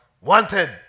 wanted